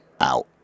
out